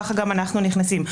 כך גם אנחנו נכנסים.